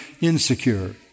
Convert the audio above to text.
insecure